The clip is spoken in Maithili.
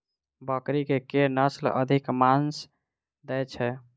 बकरी केँ के नस्ल अधिक मांस दैय छैय?